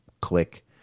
click